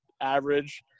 average